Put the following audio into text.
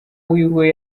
wiwe